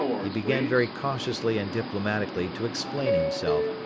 he began very cautiously and diplomatically to explain himself,